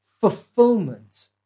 fulfillment